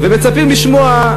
ומצפים לשמוע,